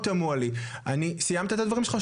מאוד תמוה לי, סיימת את הדברים שלך?